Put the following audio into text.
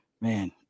man